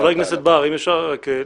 חבר הכנסת בר, אם אפשר רק לקצר,